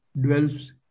dwells